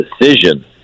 decision